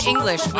English